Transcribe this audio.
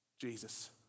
Jesus